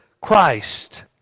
Christ